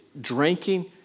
drinking